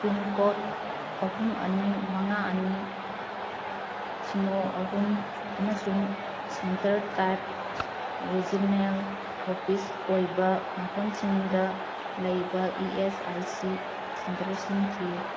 pincode ꯑꯍꯨꯝ ꯑꯅꯤ ꯃꯉꯥ ꯑꯅꯤ ꯁꯤꯅꯣ ꯑꯍꯨꯝ ꯑꯃꯁꯨꯡ ꯁꯦꯟꯇꯔ ꯇꯥꯏꯞ ꯔꯤꯖꯤꯅꯦꯜ ꯑꯣꯄꯤꯁ ꯑꯣꯏꯕ ꯃꯐꯝꯁꯤꯡꯗ ꯂꯩꯕ ꯏ ꯑꯦꯁ ꯑꯥꯏ ꯁꯤ ꯁꯦꯟꯇꯔꯁꯤꯡ ꯊꯤꯎ